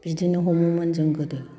बिदिनो हमोमोन जों गोदो